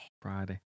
friday